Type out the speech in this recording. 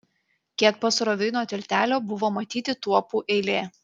kiek pasroviui nuo tiltelio buvo matyti tuopų eilė